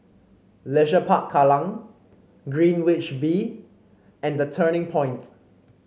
Leisure Park Kallang Greenwich V and The Turning Point